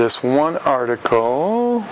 this one article